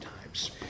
times